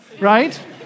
right